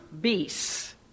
beasts